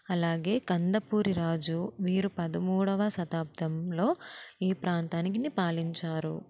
అలాగే కందపూరి రాజు వీరు పదమూడోవ శతాబ్దంలో ఈ ప్రాంతానికిని పాలించారు